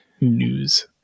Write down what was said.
news